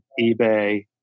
eBay